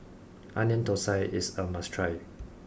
Onion Thosai is a must try